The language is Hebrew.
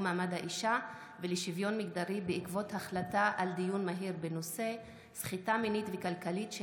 מעמד האישה ולשוויון מגדרי בעקבות דיון מהיר בהצעתן של